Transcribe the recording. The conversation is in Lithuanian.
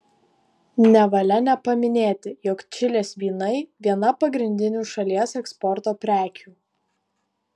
nevalia nepaminėti jog čilės vynai viena pagrindinių šalies eksporto prekių